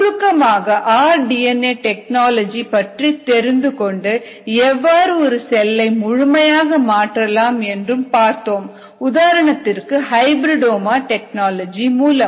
சுருக்கமாக R D N A technology பற்றி தெரிந்து கொண்டு எவ்வாறு ஒரு செல்லை முழுமையாக மாற்றலாம் என்றும் பார்த்தோம் உதாரணத்திற்கு ஹைபிரிடாமா டெக்னாலஜி மூலம்